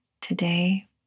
today